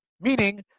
Meaning